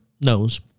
knows